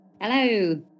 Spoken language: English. Hello